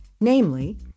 namely